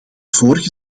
vorige